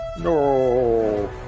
no